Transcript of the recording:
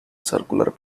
circular